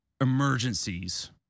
emergencies